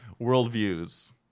worldviews